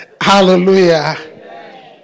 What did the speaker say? Hallelujah